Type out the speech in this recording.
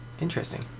Interesting